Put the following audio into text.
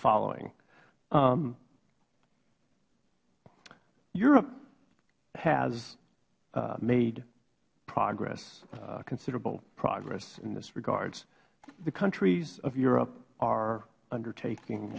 following europe has made progress considerable progress in this regard the countries of europe are undertaking